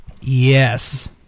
Yes